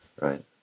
right